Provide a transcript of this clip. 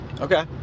okay